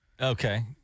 Okay